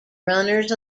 runners